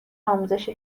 آموزش